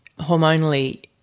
hormonally